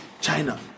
china